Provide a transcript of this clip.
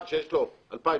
אחד שיש לו 2,000,